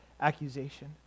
accusation